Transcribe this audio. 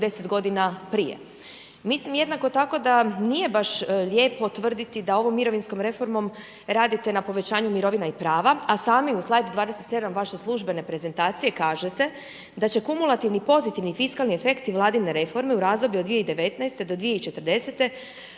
10 godina prije. Mislim jednako tako da nije baš lijepo tvrditi da ovom mirovinskom reformom radite na povećanju mirovina i prava, a sami u slajd 27 vaše službene prezentacije kažete da će kumulativni pozitivni fiskalni efekti vladine reforme u razdoblju od 2019. do 2040.